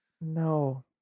No